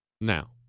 Now